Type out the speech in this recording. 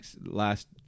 last